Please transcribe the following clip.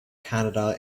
canada